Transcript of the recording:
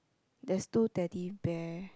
there's two Teddy Bear